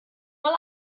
mal